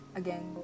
again